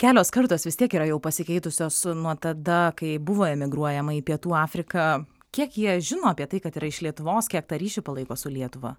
kelios kartos vis tiek yra jau pasikeitusios nuo tada kai buvo emigruojama į pietų afriką kiek jie žino apie tai kad yra iš lietuvos kiek tą ryšį palaiko su lietuva